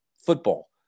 football